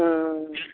हँ